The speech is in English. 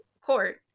court